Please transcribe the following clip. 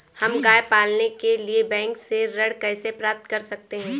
हम गाय पालने के लिए बैंक से ऋण कैसे प्राप्त कर सकते हैं?